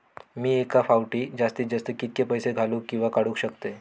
मी एका फाउटी जास्तीत जास्त कितके पैसे घालूक किवा काडूक शकतय?